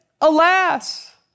Alas